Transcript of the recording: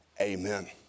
amen